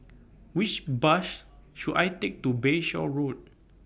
Which Bus should I Take to Bayshore Road